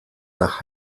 nach